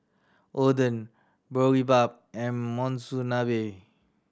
Oden Boribap and Monsunabe